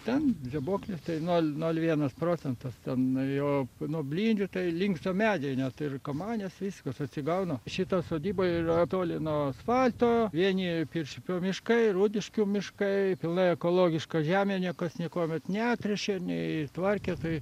ten žibuoklės tai nol nol vienas procentas ten jo nuo blindžių tai linksta medžiai net ir kamanės viskas atsigauna šita sodyba yra toli nuo asfalto vieni pirčiupių miškai rūdiškių miškai pilnai ekologiška žemė niekas niekuomet netręšė ir nei tvarkė tai